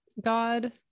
god